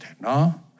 no